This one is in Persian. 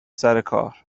سرکار